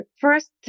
first